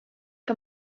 que